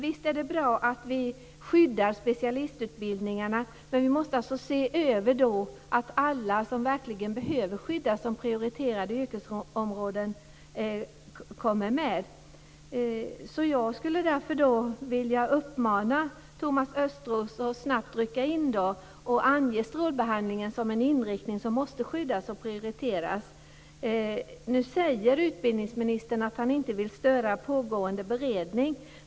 Visst är det bra att vi skyddar specialistutbildningarna, men vi måste se till att alla yrkesområden som verkligen behöver skyddas som prioriterade kommer med. Jag skulle därför vilja uppmana Thomas Östros att snabbt rycka in och ange strålbehandlingen som en inriktning som måste skyddas och prioriteras. Nu säger utbildningsministern att han inte vill störa pågående beredning.